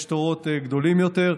יש תורים גדולים יותר.